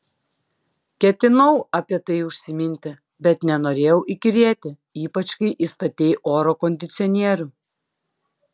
ketinau apie tai užsiminti bet nenorėjau įkyrėti ypač kai įstatei oro kondicionierių